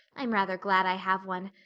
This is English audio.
i'm rather glad i have one.